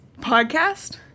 podcast